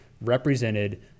represented